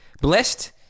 Blessed